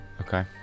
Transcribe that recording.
Okay